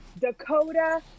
Dakota